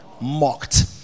mocked